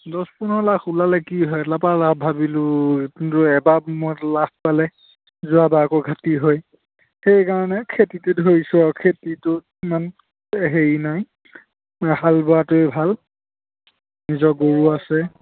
দহ পোন্ধৰ লাখ ওলালে কি হয় লাভালাভ ভাবিলোঁ কিন্তু এবাৰ মূৰত লাভ পালে যোৱাবাৰ আকৌ ঘাটি হয় সেইকাৰণে খেতিতে ধৰিছোঁ আৰু খেতিটো ইমান হেৰি নাই হাল বোৱাটোৱে ভাল নিজৰ গৰুও আছে